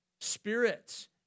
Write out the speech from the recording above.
spirits